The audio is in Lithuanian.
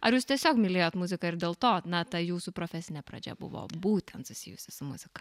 ar jūs tiesiog mylėjot muziką ir dėl to na ta jūsų profesinė pradžia buvo būtent susijusi su muzika